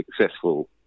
successful